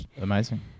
Amazing